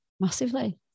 Massively